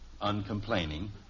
uncomplaining